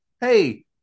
Hey